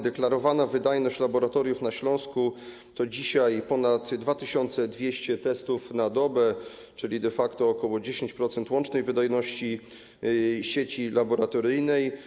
Deklarowana wydajność laboratoriów na Śląsku to dzisiaj ponad 2200 testów na dobę, czyli de facto ok. 10% łącznej wydajności sieci laboratoryjnej.